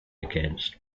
against